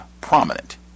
prominent